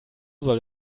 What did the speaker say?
soll